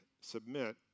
submit